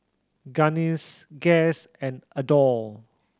Guinness Guess and Adore